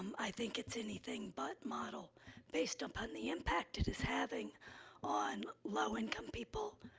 um i think it's anything but model based upon the impact it is having on low-income people,